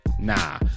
Nah